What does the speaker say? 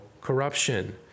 corruption